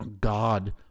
God